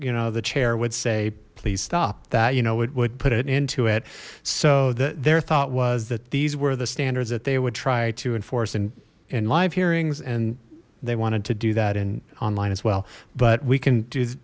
you know the chair would say please stop that you know it would put it into it so that their thought was that these were the standards that they would try to enforce and in live hearings and they wanted to do that in online as well but we can do